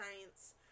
science